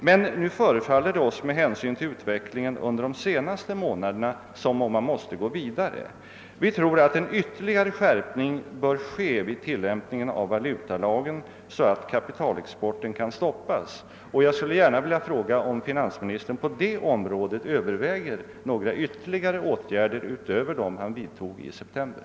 Men nu förefaller det oss med hänsyn till utvecklingen under de senaste månaderna som om man måste gå vidare. Vi tror att en ytterligare skärpning bör ske i tillämpningen av valutalagen, så att kapitalexporten kan stoppas, och jag skul le gärna vilja fråga, om finansministern. på det området överväger några ytterligare åtgärder utöver dem han vidtog i september.